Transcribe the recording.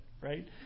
right